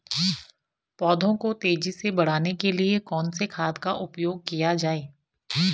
पौधों को तेजी से बढ़ाने के लिए कौन से खाद का उपयोग किया जाए?